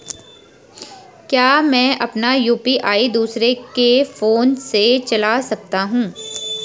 क्या मैं अपना यु.पी.आई दूसरे के फोन से चला सकता हूँ?